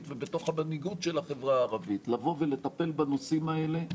ובתוך המנהיגות של החברה הערבית לבוא ולטפל בנושאים האלה,